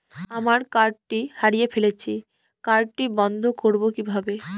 আমার কার্ডটি হারিয়ে ফেলেছি কার্ডটি বন্ধ করব কিভাবে?